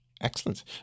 Excellent